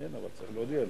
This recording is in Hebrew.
תודה רבה,